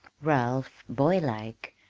ralph, boylike,